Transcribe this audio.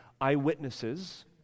eyewitnesses